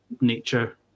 nature